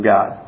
God